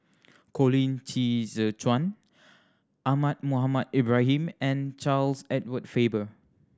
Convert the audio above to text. Colin Qi Zhe Quan Ahmad Mohamed Ibrahim and Charles Edward Faber